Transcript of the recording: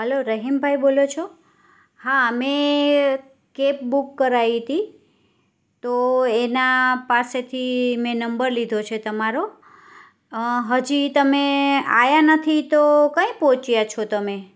hello Rahim ભાઈ બોલો છો હા મે કેબ બુક કરાવી હતી તો એના પાસેથી મે નંબર લીધો છે તમારો હજી તમે આવ્યા નથી તો ક્યાં પહોંચ્યા છો તમે